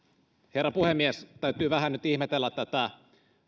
herra puhemies täytyy vähän nyt ihmetellä tätä